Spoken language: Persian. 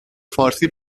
فارسی